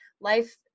life